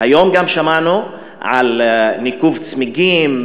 היום גם שמענו על ניקוב צמיגים,